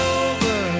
over